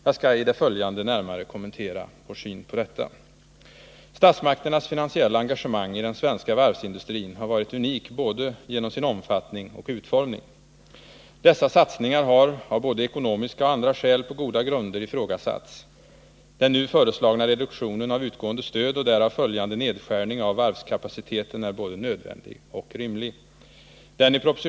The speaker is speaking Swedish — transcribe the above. Jag skall i det följande närmare kommentera vår syn på detta. Statsmakternas finansiella engagemang i den svenska varvsindustrin har varit unik både genom sin omfattning och genom sin utformning. Dessa satsningar har av både ekonomiska och andra skäl på goda grunder ifrågasatts. Den nu föreslagna reduktionen av utgående stöd och därav följande nedskärning av varvskapaciteten är både nödvändig och rimlig.